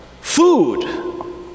food